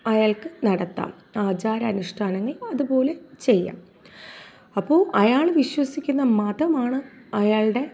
അയാൾക്ക് നടത്താം ആചാരങ്ങൾ അനുഷ്ഠാനങ്ങൾ അതുപോലെ ചെയ്യാം അപ്പോൾ അയാൾ വിശ്വസിക്കുന്ന മതമാണ് അയാളുടെ